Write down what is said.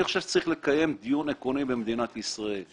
אני חושב שצריך לקיים דיון עקרוני במדינת ישראל.